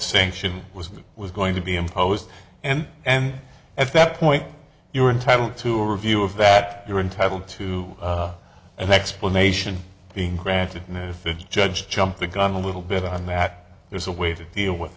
sanction was was going to be imposed and and at that point you are entitled to a review of that you're entitled to an explanation being granted now if it's judged jumped the gun a little bit on that there's a way to deal with